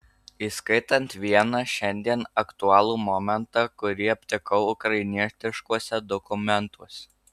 įskaitant vieną šiandien aktualų momentą kurį aptikau ukrainietiškuose dokumentuose